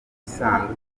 isanduku